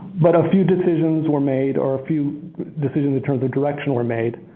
but a few decisions were made or a few decisions in terms of direction were made,